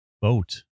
boat